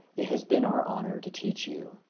it has been our honor to teach you,